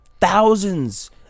thousands